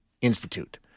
Institute